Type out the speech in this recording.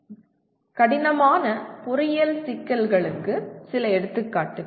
சிக்கலான பொறியியல் சிக்கல்களுக்கு சில எடுத்துக்காட்டுகள்